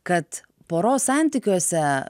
kad poros santykiuose